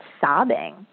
sobbing